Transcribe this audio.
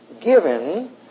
given